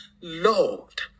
Lord